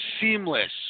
seamless